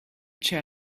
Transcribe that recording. chair